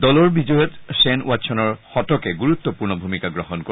দলৰ বিজয়ত শ্বেন বাটছনৰ শতকে গুৰুত্পূৰ্ণ ভূমিকা গ্ৰহণ কৰে